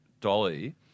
Dolly